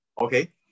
Okay